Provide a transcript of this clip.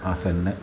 आसन्